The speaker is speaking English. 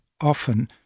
often